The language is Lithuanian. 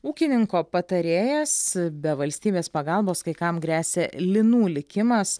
ūkininko patarėjas be valstybės pagalbos kai kam gresia linų likimas